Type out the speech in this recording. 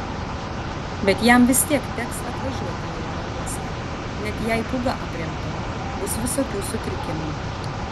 bet jam vis tiek teks atvažiuoti į oro uostą net jei pūga aprimtų bus visokių sutrikimų